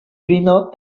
vino